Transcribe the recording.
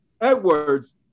Edwards